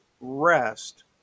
rest